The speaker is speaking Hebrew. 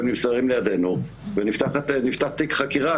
הם נמסרים לידינו ונפתח תיק חקירה,